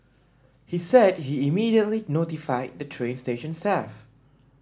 he said he immediately notified the train station staff